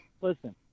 listen